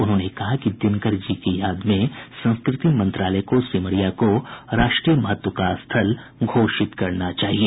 उन्होंने कहा कि दिनकर जी की याद में संस्कृति मंत्रालय को सिमरिया को राष्ट्रीय महत्व का स्थल घोषित करना चाहिए